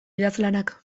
idazlanak